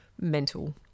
mental